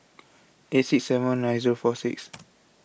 eight six seven one nine Zero four six